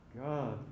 God